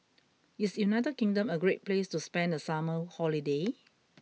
is United Kingdom a great place to spend the summer holiday